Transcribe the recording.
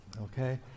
Okay